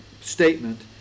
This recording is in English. statement